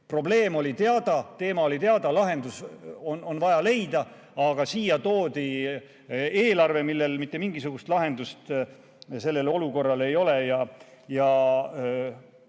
Probleem oli teada, teema oli teada, lahendus on vaja leida, aga siia toodi eelarve, kus mitte mingisugust lahendust selle olukorra jaoks ei ole.